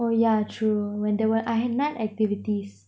oh yeah true when there were I had night activities